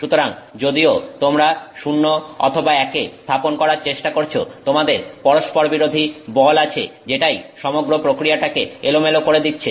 সুতরাং যদিও তোমরা শূন্য অথবা একে স্থাপন করার চেষ্টা করছো তোমাদের পরস্পরবিরোধী বল আছে যেটাই সমগ্র প্রক্রিয়াকে এলোমেলো করে দিচ্ছে